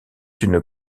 une